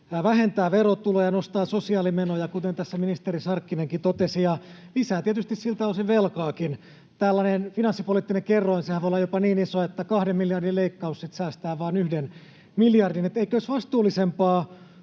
vähentää verotuloja, nostaa sosiaalimenoja, kuten tässä ministeri Sarkkinenkin totesi, ja lisää tietysti siltä osin velkaakin. Tällainen finanssipoliittinen kerroinhan voi olla jopa niin iso, että kahden miljardin leikkaus sitten säästää vain yhden miljardin. Eikö olisi vastuullisempaa